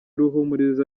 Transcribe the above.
ruhumuriza